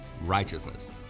righteousness